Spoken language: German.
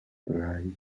drei